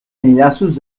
enllaços